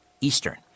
Eastern